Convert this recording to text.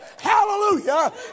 hallelujah